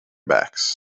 backs